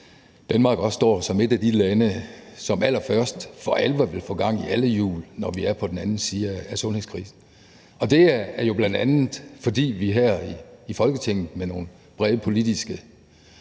Danmark også står som et af de lande, der allerførst for alvor vil få gang i alle hjul på den anden side af sundhedskrisen, og det er jo, bl.a. fordi vi her i Folketinget med nogle brede politiske